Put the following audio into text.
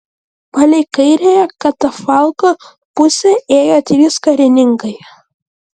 palei kairiąją katafalko pusę ėjo trys karininkai